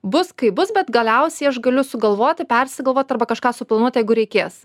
bus kaip bus bet galiausiai aš galiu sugalvoti persigalvot arba kažką suplanuot jeigu reikės